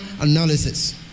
analysis